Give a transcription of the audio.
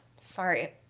Sorry